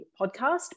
podcast